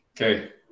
Okay